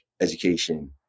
education